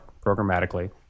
programmatically